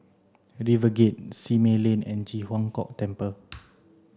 RiverGate Simei Lane and Ji Huang Kok Temple